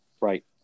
Right